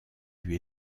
lui